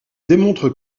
démontre